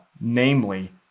namely